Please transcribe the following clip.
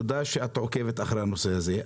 תודה שאת עוקבת אחרי הנושא הזה.